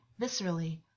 viscerally